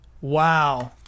Wow